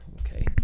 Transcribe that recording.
Okay